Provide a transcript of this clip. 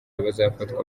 bazafatwa